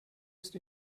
ist